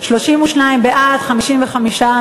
שיקום וטיפול